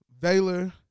Valor